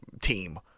team